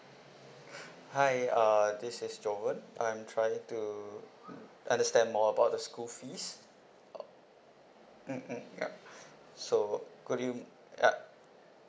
hi uh this is jovan I'm trying to mm understand more about the school fees uh mm mm ya so could you ya